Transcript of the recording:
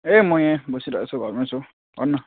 ए म यहाँ बसीरहेको छु घरमै छु भन न